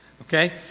okay